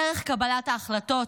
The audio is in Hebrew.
דרך קבלת ההחלטות,